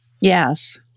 Yes